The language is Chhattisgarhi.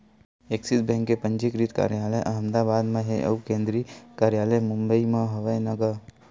ऐक्सिस बेंक के पंजीकृत कारयालय अहमदाबाद म हे अउ केंद्रीय कारयालय मुबई म हवय न गा